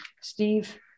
Steve